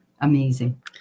Amazing